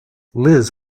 liz